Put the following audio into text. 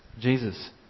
Jesus